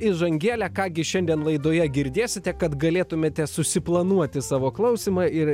įžangėlę ką gi šiandien laidoje girdėsite kad galėtumėte susiplanuoti savo klausimą ir